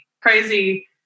crazy